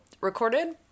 recorded